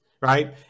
right